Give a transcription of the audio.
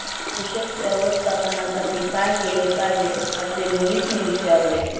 पोषण व्यवस्थापनासाठी काय केले पाहिजे असे मोहितने विचारले?